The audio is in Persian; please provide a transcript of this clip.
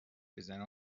بزنه